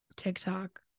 tiktok